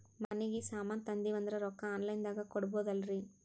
ಮನಿಗಿ ಕಿರಾಣಿ ಸಾಮಾನ ತಂದಿವಂದ್ರ ರೊಕ್ಕ ಆನ್ ಲೈನ್ ದಾಗ ಕೊಡ್ಬೋದಲ್ರಿ?